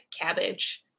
cabbage